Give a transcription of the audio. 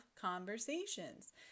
conversations